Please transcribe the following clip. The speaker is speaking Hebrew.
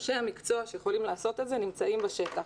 אנשי המקצוע שיכולים לעשות את זה נמצאים בשטח.